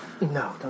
no